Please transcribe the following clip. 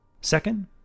Second